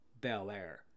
Belair